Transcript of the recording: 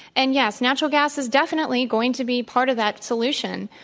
and yes, natural gas is definitely going to be part of that solution.